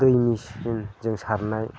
दैनि मेसिनजों सारनाय